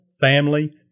family